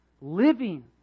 living